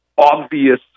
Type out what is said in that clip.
obvious